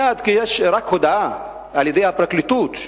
מייד כשיש רק הודעה של הפרקליטות,